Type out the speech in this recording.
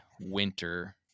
winter